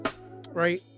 right